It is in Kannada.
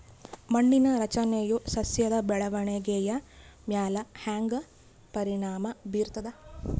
ಮಣ್ಣಿನ ರಚನೆಯು ಸಸ್ಯದ ಬೆಳವಣಿಗೆಯ ಮ್ಯಾಲ ಹ್ಯಾಂಗ ಪರಿಣಾಮ ಬೀರ್ತದ?